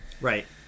Right